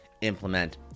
implement